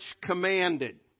commanded